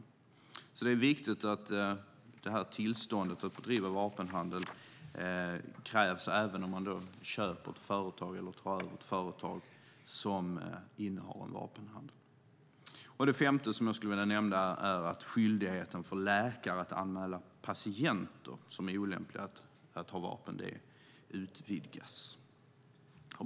Det är därför viktigt att tillstånd att få bedriva vapenhandel krävs även om man köper ett företag eller tar över ett företag som bedriver vapenhandel. Ytterligare en sak som jag skulle vilja nämna är att skyldigheten för läkare att anmäla patienter som är olämpliga att ha vapen utvidgas.